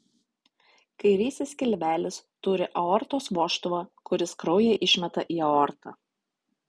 kairysis skilvelis turi aortos vožtuvą kuris kraują išmeta į aortą